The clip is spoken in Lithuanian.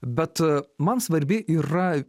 bet man svarbi yra